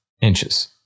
inches